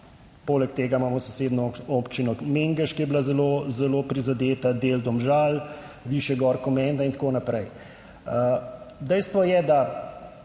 poleg tega imamo sosednjo občino Mengeš, ki je bila zelo, zelo prizadeta, del Domžal, višje gor Komenda in tako naprej. Dejstvo je, da